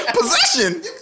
Possession